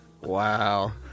wow